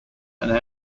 and